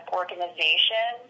organization